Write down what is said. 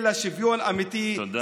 אלא שוויון אמיתי, תודה רבה.